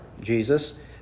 Jesus